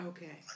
Okay